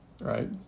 Right